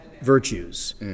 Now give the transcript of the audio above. virtues